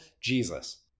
Jesus